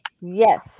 Yes